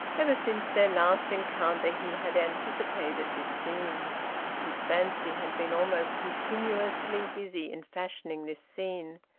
ever since their last encounter he had anticipated this scene his fancy had been almost continuously busy in fashioning this scene.